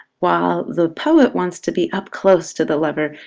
while the poet wants to be up close to the lover,